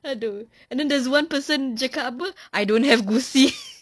!aduh! and then there's one person cakap apa I don't have gusi